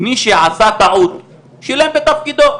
מי שעשה טעות שילם בתפקידו,